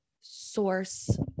source